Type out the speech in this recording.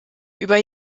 über